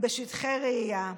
בשטחי רעייה,